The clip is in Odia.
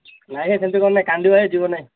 ନାଇଁ ନାଇଁ ସେମିତି କର ନାଇଁ କାନ୍ଦିବ ହେ ଯିବ ନାହିଁ